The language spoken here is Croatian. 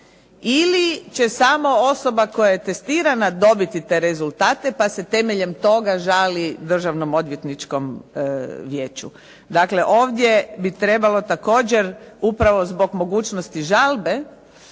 ili će samo osoba koja je testirana dobiti te rezultate pa se temeljem toga žali Državnom odvjetničkom vijeću. Dakle, ovdje bi trebalo također upravo zbog mogućnosti žalbe